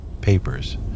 papers